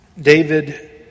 David